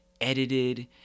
edited